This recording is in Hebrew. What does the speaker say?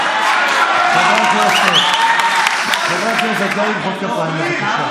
חברי הכנסת, לא למחוא כפיים, בבקשה.